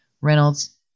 Reynolds